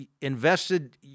invested